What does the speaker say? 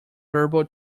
turbo